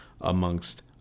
amongst